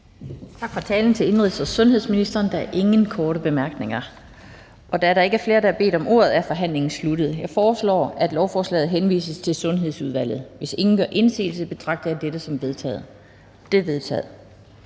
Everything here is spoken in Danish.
Tak til indenrigs- og sundhedsministeren. Der er ikke flere korte bemærkninger. Da der ikke er flere, der har bedt om ordet, er forhandlingen sluttet. Jeg foreslår, at lovforslaget henvises til Sundhedsudvalget. Hvis ingen gør indsigelse, betragter jeg dette som vedtaget. Det er vedtaget.